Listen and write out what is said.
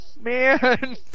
man